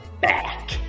back